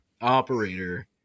operator